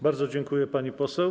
Bardzo dziękuję, pani poseł.